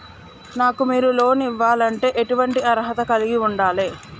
నాకు మీరు లోన్ ఇవ్వాలంటే ఎటువంటి అర్హత కలిగి వుండాలే?